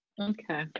okay